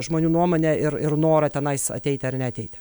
žmonių nuomonę ir ir norą tenais ateiti ar neateiti